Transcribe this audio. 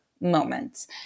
moments